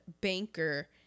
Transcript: banker